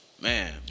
Man